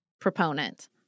proponent